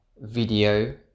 video